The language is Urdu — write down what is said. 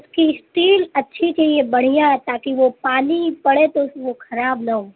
اس کی اسٹیل اچھی چاہیے بڑھیا تاکہ وہ پانی پڑے تو وہ خراب نہ ہو